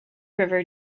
river